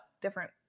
different